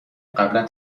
قبلا